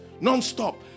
non-stop